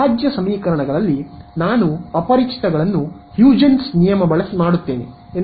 ಅವಿಭಾಜ್ಯ ಸಮೀಕರಣಗಳಲ್ಲಿ ನಾನು ಅಪರಿಚಿತಗಳನ್ನು ಹ್ಯೂಜೆನ್ಸ್ ನಿಯಮ ಬಳಸಿ ಮಾಡುತ್ತೇನೆ ಎಂದು ಹೇಳಬಹುದು